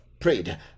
prayed